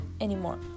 anymore